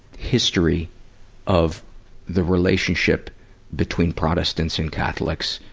history of the relationship between protestants and catholics,